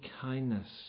kindness